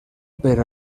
per